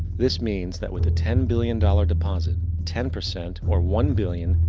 this means that with a ten billion dollar deposit, ten percent, or one billion,